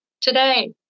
today